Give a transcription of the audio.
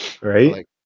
right